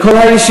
את כל הישיבות,